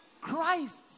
Christ